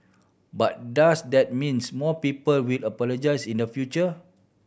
but does that means more people will apologise in the future